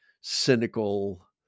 cynical